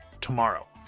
tomorrow